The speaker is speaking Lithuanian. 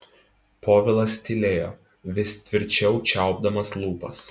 povilas tylėjo vis tvirčiau čiaupdamas lūpas